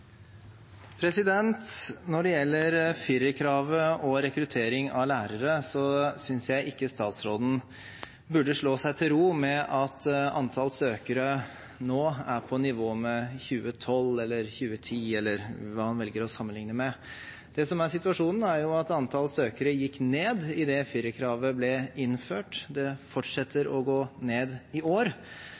Når det gjelder firerkravet og rekruttering av lærere, synes jeg ikke statsråden burde slå seg til ro med at antall søkere nå er på nivå med 2012, 2010 eller hva han velger å sammenligne med. Det som er situasjonen, er at antall søkere gikk ned idet firerkravet ble innført. Det fortsetter å gå ned i år.